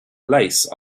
lace